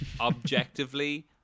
Objectively